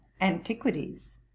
antiquities